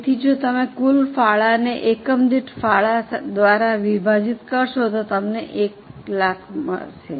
તેથી જો તમે કુલ ફાળોને એકમ દીઠ ફાળો દ્વારા વિભાજિત કરો તો તમને 100000 મળશે